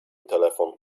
telefon